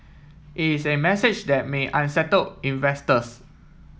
is a message that may unsettle investors